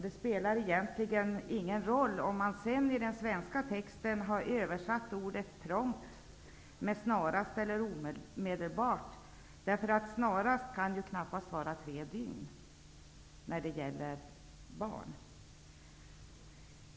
Det spelar egentligen ingen roll om man i den svenska texten har översatt ordet ''prompt'' med snarast eller omedelbart, eftersom ''snarast'' knappast kan vara tre dygn när det gäller barn.